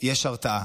יש הרתעה.